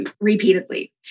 repeatedly